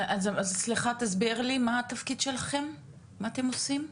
סליחה, תסביר לי מה התפקיד שלכם, מה אתם עושים.